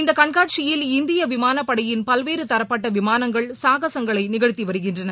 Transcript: இந்த கண்காட்சியில் இந்தியா விமாளப்படையின் பல்வேறு தரப்பட்ட விமானங்கள் சாகசங்களை நிகழ்த்தி வருகின்றன